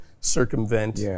circumvent